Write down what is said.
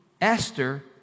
Esther